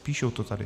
Píšou to tady.